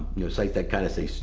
your sites that kind of say,